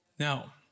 Now